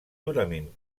durament